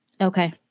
Okay